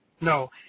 No